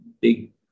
big